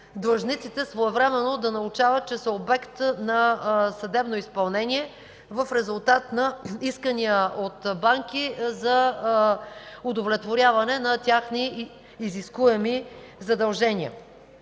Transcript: длъжниците своевременно да научават, че са обект на съдебно изпълнение в резултат на искания от банки за удовлетворяване на техни изискуеми задължения.